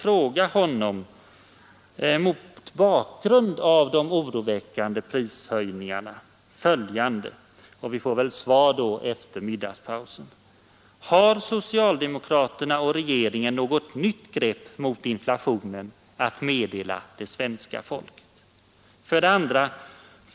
Jag vill mot bakgrunden av de oroväckande prishöjningarna ställa följande frågor till honom, och vi får väl svar efter middagspausen: 1. Har socialdemokraterna och regeringen något nytt grepp mot inflationen att meddela svenska folket? 2.